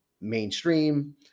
mainstream